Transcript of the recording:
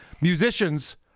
musicians